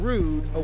Rude